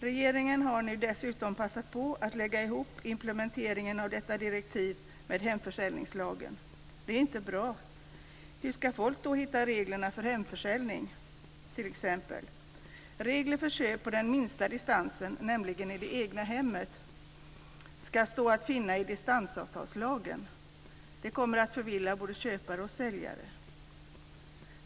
Regeringen har dessutom passat på att lägga ihop implementeringen av detta direktiv med hemförsäljningslagen. Det är inte bra. Hur ska folk då hitta reglerna för hemförsäljning, t.ex.? Regler för köp på den minsta distansen, nämligen i det egna hemmet, ska stå att finna i distansavtalslagen. Det kommer att förvilla både köpare och säljare.